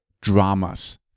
dramas